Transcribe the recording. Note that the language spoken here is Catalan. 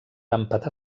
empatar